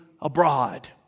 abroad